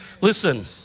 Listen